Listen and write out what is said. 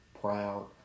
proud